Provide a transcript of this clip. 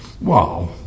Wow